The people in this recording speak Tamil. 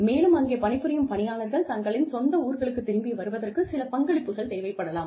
மேலும் அங்கே பணிபுரியும் பணியாளர்கள் தங்களின் சொந்த ஊர்களுக்கு திரும்பி வருவதற்கு சில பங்களிப்புகள் தேவைப்படலாம்